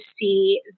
see